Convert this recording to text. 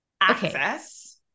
access